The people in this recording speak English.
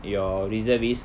your reservist